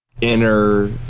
Inner